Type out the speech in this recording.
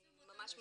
אני ממש מצטערת.